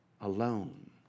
alone